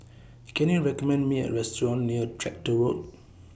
Can YOU recommend Me A Restaurant near Tractor Road